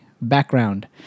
Background